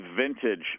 vintage